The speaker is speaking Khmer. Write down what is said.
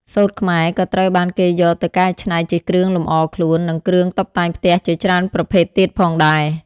សូត្រខ្មែរក៏ត្រូវបានគេយកទៅកែច្នៃជាគ្រឿងលម្អខ្លួន និងគ្រឿងតុបតែងផ្ទះជាច្រើនប្រភេទទៀតផងដែរ។